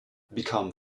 become